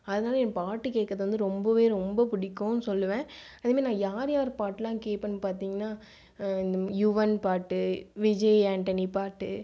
அதனால என் பாட்டு கேட்குறது வந்து ரொம்பவே ரொம்ப பிடிக்குனு சொல்லுவேன் அதுமாதிரி நான் யார் யார் பாட்டுலாம் கேட்பேன்னு பார்த்தீங்கன்னா இந்த யுவன் பாட்டு விஜய் ஆண்டனி பாட்டு